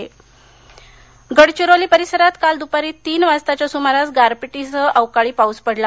पाऊस गडचिरोली गडचिरोली परिसरात काल दुपारी तीन वाजताच्या सुमारास गारपिटीसह अवकाळी पाऊस पडला